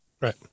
right